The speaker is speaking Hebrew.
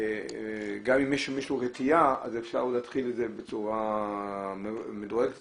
אם יש למישהו רתיעה אפשר להתחיל את זה בצורה מדורגת קצת.